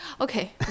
Okay